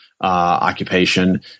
occupation